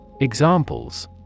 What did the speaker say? Examples